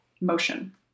motion